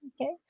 Okay